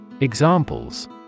Examples